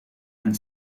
and